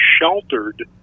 sheltered